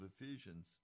Ephesians